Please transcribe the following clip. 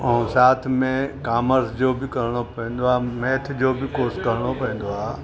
ऐं साथ में कामर्स जो बि करिणो पवंदो आहे मैथ जो बि कोर्स करिणो पवंदो आहे